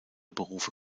berufe